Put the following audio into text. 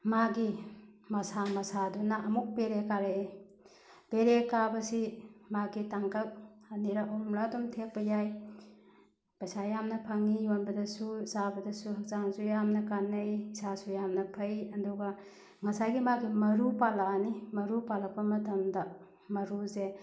ꯃꯥꯒꯤ ꯃꯁꯥ ꯃꯁꯥꯗꯨꯅ ꯑꯃꯨꯛ ꯄꯦꯔꯦ ꯀꯥꯔꯛꯑꯦ ꯄꯦꯔꯦ ꯀꯥꯕꯁꯤ ꯃꯥꯒꯤ ꯇꯥꯡꯀꯛ ꯑꯅꯤꯔꯛ ꯑꯍꯨꯝꯂꯛ ꯑꯗꯨꯝ ꯊꯦꯛꯄ ꯌꯥꯏ ꯄꯩꯁꯥ ꯌꯥꯝꯅ ꯐꯪꯉꯤ ꯌꯣꯟꯕꯗꯁꯨ ꯆꯥꯕꯗꯁꯨ ꯍꯛꯆꯥꯡꯁꯨ ꯌꯥꯝꯅ ꯀꯥꯟꯅꯩ ꯏꯁꯥꯁꯨ ꯌꯥꯝꯅ ꯐꯩ ꯑꯗꯨꯒ ꯉꯁꯥꯏꯒꯤ ꯃꯥꯒꯤ ꯃꯔꯨ ꯄꯥꯜꯂꯛꯑꯅꯤ ꯃꯔꯨ ꯄꯥꯜꯂꯛꯄ ꯃꯇꯝꯗ ꯃꯔꯨꯁꯦ